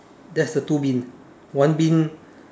that's the two bin one bin